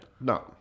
No